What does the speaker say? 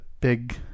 big